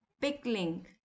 pickling